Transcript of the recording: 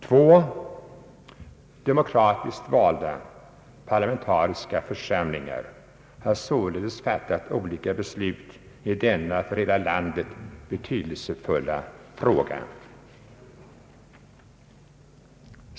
Två demokratiskt valda, parlamentariska församlingar har således fattat olika beslut i denna för hela landet betydelsefulla fråga.